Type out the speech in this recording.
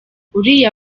uriya